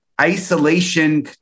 isolation